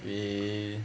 we